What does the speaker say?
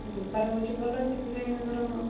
ବେପାର ହେଉଛି ଭଲ ସେଥିପାଇଁ ତାଙ୍କର